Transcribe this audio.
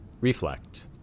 Reflect